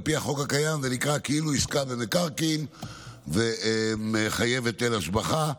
על פי החוק הקיים זה נקרא כאילו עסקה במקרקעין ומחייב היטל השבחה,